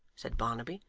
said barnaby,